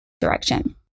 direction